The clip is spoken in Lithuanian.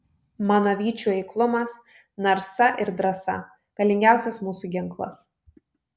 mano vyčių eiklumas narsa ir drąsa galingiausias mūsų ginklas